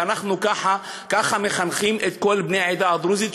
ואנחנו ככה מחנכים את כל בני העדה הדרוזית: